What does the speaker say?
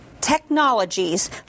technologies